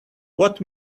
what